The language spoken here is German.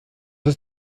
ist